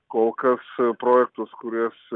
kol kas projektus kuriuos